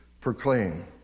proclaim